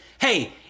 hey